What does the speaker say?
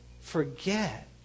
forget